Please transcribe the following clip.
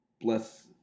Bless